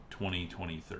2023